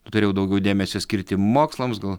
nutariau daugiau dėmesio skirti mokslams gal